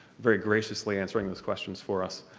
very graciously answering those questions for us.